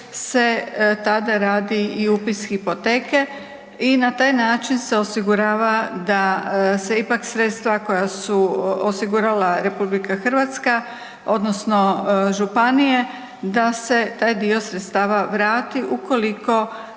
se tada radi i upis hipoteke i na taj način se osigurava da se ipak sredstva koja su osigurala RH odnosno županije, da se taj dio sredstava vrati ukoliko